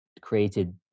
created